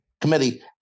committee